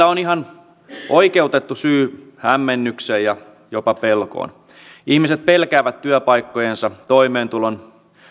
on ihan oikeutettu syy hämmennykseen ja jopa pelkoon ihmiset pelkäävät työpaikkojensa toimeentulon